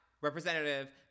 representative